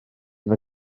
mae